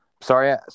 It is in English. sorry